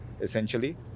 essentially